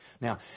Now